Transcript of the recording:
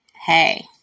hey